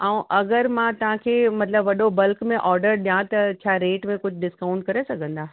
ऐं अगरि मां तव्हांखे मतिलबु वॾो बल्क में ऑर्डर ॾियां त छा रेट में कुझु डिस्काउंट करे सघंदा